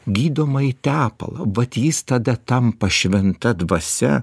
gydomąjį tepalą vat jis tada tampa šventa dvasia